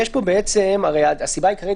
הרי הסיבה העיקרית,